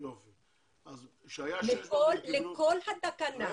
לכל התקנה.